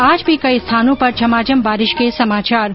आज भी कई स्थानों पर झमाझम बारिश के समाचार हैं